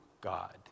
God